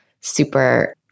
super